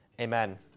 Amen